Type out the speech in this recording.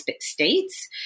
States